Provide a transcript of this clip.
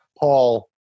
Paul